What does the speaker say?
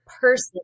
person